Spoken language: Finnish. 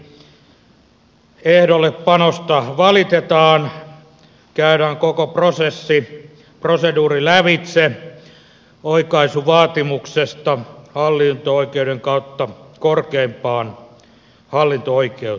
mikäli ehdollepanosta valitetaan käydään koko prosessi proseduuri lävitse oikaisuvaatimuksesta hallinto oikeuden kautta korkeimpaan hallinto oikeuteen